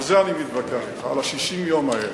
על זה אני מתווכח אתך, על 60 היום האלה,